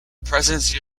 presidency